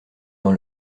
dans